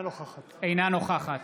אינה נוכחת